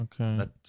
Okay